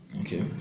Okay